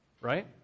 Right